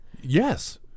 Yes